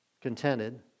contented